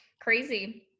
crazy